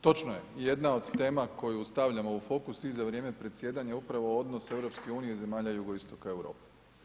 Točno je, jedna od tema koju stavljamo u fokus i za vrijeme predsjedanja upravo odnos EU i zemalja jugoistoka Europe.